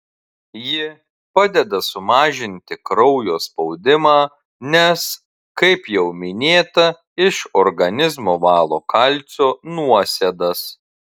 ji padeda sumažinti kraujo spaudimą nes kaip jau minėta iš organizmo valo kalcio nuosėdas